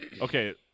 okay